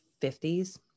50s